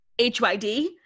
HYD